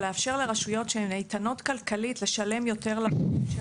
לאפשר לרשויות שהן איתנות כלכלית לשלם יותר ל ---.